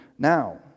Now